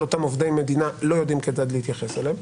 אותם עובדי מדינה לא יודעים כיצד להתייחס אליהם.